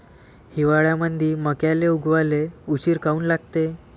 हिवाळ्यामंदी मक्याले उगवाले उशीर काऊन लागते?